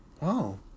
Wow